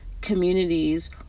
communities